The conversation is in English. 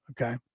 Okay